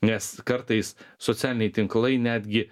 nes kartais socialiniai tinklai netgi